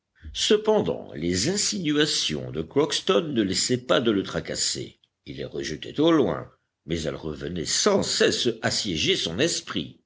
cependant les insinuations de crockston ne laissaient pas de le tracasser il les rejetait au loin mais elles revenaient sans cesse assiéger son esprit